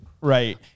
Right